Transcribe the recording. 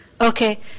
Okay